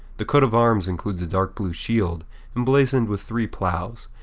the coat of arms includes a dark blue shield emblazoned with three plows,